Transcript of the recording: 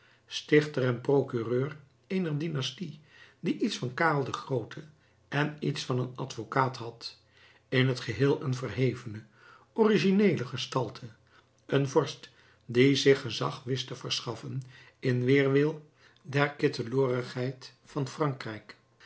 stichter en procureur eener dynastie die iets van karel den groote en iets van een advocaat had in t geheel een verhevene origineele gestalte een vorst die zich gezag wist te verschaffen in weerwil der kitteloorigheid van frankrijk